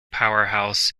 powerhouse